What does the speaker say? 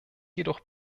jedoch